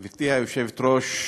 גברתי היושבת-ראש,